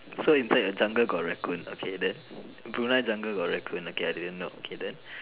so inside your jungle got Raccoon okay then Brunei jungle got Raccoon okay I didn't know okay then